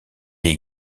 est